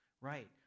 Right